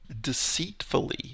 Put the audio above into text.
deceitfully